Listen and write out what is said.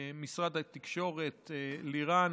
משרד התקשורת לירן